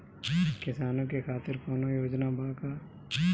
किसानों के खातिर कौनो योजना बा का?